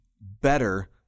better